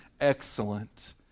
excellent